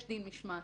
יש דין משמעתי,